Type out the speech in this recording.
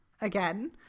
again